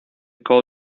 call